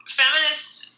feminists